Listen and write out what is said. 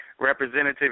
representative